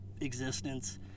existence